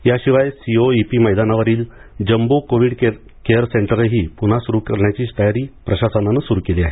याशिवाय सीओईपी मैदानावरील jumbo Covid सेंटरही पुन्हा सुरू केलं जाण्याची तयारी प्रशासनाने सुरू केली आहे